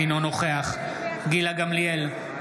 אינו נוכח גילה גמליאל,